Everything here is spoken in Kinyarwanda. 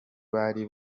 bari